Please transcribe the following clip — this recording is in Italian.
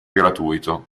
gratuito